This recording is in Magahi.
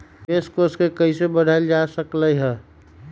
निवेश कोष के कइसे बढ़ाएल जा सकलई ह?